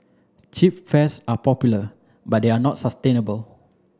cheap fares are popular but they are not sustainable